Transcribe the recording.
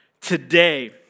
today